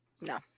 No